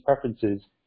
preferences